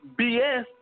BS